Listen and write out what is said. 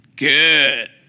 Good